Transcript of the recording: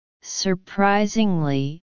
surprisingly